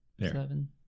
Seven